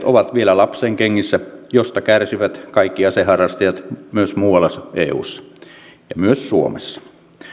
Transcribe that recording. ovat vielä lapsenkengissä mistä kärsivät kaikki aseharrastajat myös muualla eussa ja myös suomessa